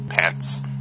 pants